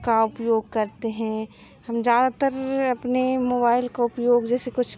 का उपयोग करते हैं हम ज़्यादातर अपने मोबाइल का उपयोग जैसे कुछ